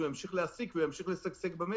הוא ימשיך להעסיק והוא ימשיך לשגשג במשק.